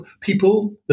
people